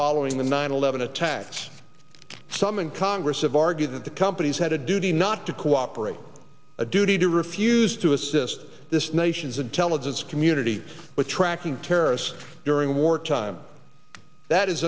following the nine eleven attacks some in congress have argued that the companies had a duty not to cooperate a duty to refuse to assist this nation's intelligence community with tracking terrorists during wartime that is